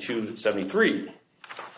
two seventy three